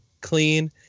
clean